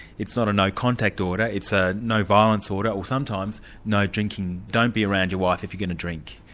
it's not a no contact order, it's a no violence order, or sometimes no drinking, don't be around your wife if you're going to drink.